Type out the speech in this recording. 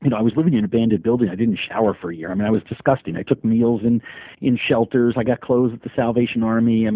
and i was living in an abandoned building. i didn't shower for a year. um and i was disgusting. i took meals and in shelters. i got clothes at the salvation army. and